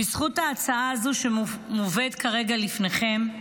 בזכות ההצעה הזו שמובאת כרגע לפניכם,